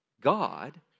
God